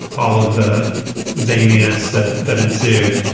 all of the zaniness that that ensued.